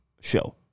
show